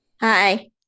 Hi